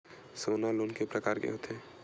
सोना लोन के प्रकार के होथे?